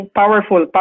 powerful